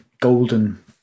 golden